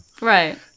Right